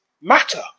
matter